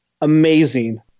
amazing